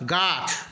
गाछ